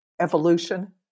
evolution